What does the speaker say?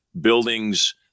buildings